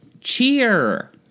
Cheer